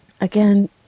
Again